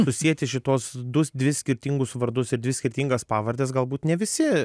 susieti šituos du dvi skirtingus vardus ir dvi skirtingas pavardes galbūt ne visi